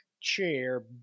chair